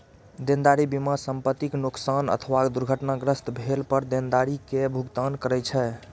देनदारी बीमा संपतिक नोकसान अथवा दुर्घटनाग्रस्त भेला पर देनदारी के भुगतान करै छै